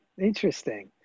Interesting